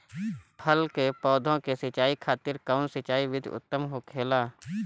फल के पौधो के सिंचाई खातिर कउन सिंचाई विधि उत्तम होखेला?